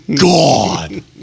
God